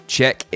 check